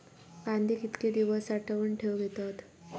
कांदे कितके दिवस साठऊन ठेवक येतत?